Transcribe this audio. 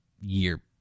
year